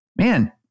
man